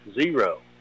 zero